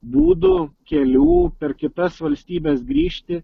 būdų kelių per kitas valstybes grįžti